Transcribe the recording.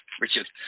Richard